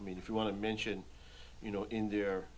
i mean if you want to mention you know in the